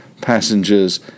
passengers